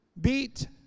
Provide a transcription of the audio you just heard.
beat